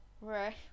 right